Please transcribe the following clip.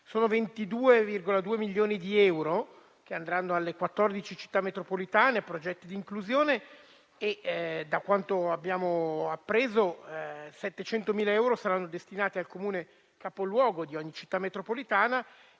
Sono 22,2 i milioni di euro che andranno alle 14 Città metropolitane e a progetti di inclusione e, da quanto abbiamo appreso, 700.000 euro saranno destinati al Comune capoluogo di ogni Città metropolitana,